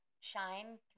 shine